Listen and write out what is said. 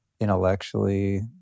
Intellectually